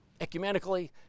ecumenically